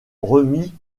remit